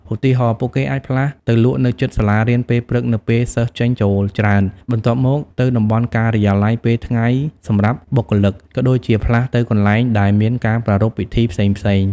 ឧទាហរណ៍ ពួកគេអាចផ្លាស់ទៅលក់នៅជិតសាលារៀនពេលព្រឹក នៅពេលសិស្សចេញចូលច្រើន បន្ទាប់មកទៅតំបន់ការិយាល័យពេលថ្ងៃសម្រាប់បុគ្គលិក ក៏ដូចជាផ្លាស់ទៅកន្លែងដែលមានការប្រារព្ធពិធីផ្សេងៗ។